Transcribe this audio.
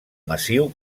massiu